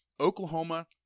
Oklahoma